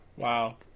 Wow